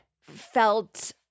felt